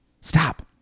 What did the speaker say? Stop